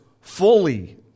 fully